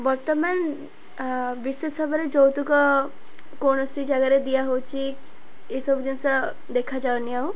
ବର୍ତ୍ତମାନ ବିଶେଷ ଭାବରେ ଯୌତୁକ କୌଣସି ଜାଗାରେ ଦିଆହେଉଛି ଏଇସବୁ ଜିନିଷ ଦେଖାଯାଉନି ଆଉ